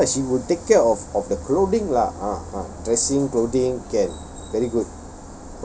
ya lah she would take care of of the clothing lah ah dressing clothing can very good